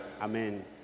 Amen